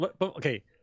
okay